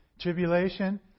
Tribulation